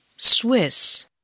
Swiss